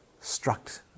struck